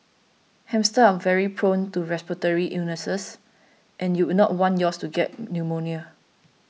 hamsters are very prone to respiratory illnesses and you would not want yours to get pneumonia